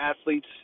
athletes